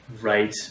right